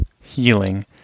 healing